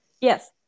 Yes